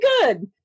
good